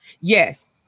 Yes